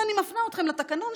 ואני מפנה אתכם לתקנון,